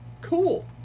Cool